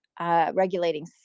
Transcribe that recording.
Regulating